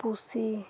ᱯᱩᱥᱤ